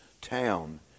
town